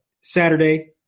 Saturday